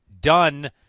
done